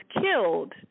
killed